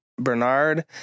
Bernard